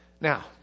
Now